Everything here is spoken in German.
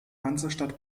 hansestadt